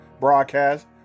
broadcast